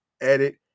edit